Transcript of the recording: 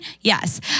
Yes